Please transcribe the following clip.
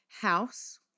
House